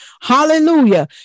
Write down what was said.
Hallelujah